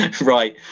right